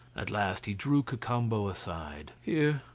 at last he drew cacambo aside. here,